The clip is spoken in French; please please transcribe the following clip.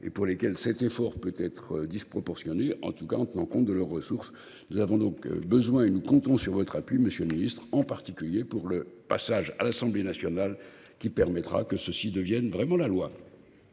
et pour lesquels cet effort peut être disproportionné. En tout cas, en tenant compte de leurs ressources. Nous avons donc besoin et nous comptons sur votre appui. Monsieur le Ministre, en particulier pour le passage à l'Assemblée nationale qui permettra que ceci devienne vraiment la loi.